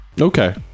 Okay